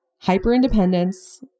hyper-independence